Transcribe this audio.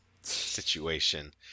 situation